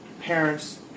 parents